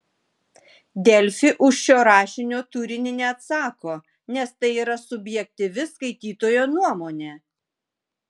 delfi už šio rašinio turinį neatsako nes tai yra subjektyvi skaitytojo nuomonė